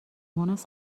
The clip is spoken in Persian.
مونس